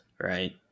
right